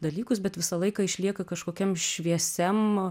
dalykus bet visą laiką išlieka kažkokiam šviesiam